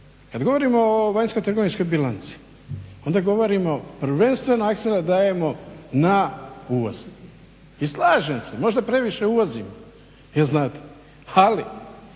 kad govorimo o vanjsko-trgovinskoj bilanci, onda govorimo prvenstveno akcenta dajemo na uvoz. I slažem se, možda previše uvozimo, jel znate, ali